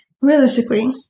Realistically